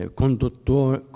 conduttore